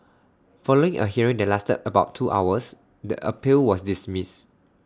following A hearing that lasted about two hours the appeal was dismissed